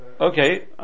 Okay